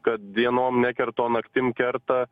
kad dienom nekerta o naktim kerta